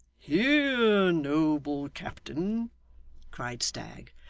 here, noble captain cried stagg.